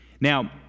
Now